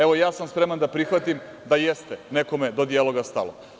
Evo, ja sam spreman da prihvatim da jeste nekome do dijaloga stalo.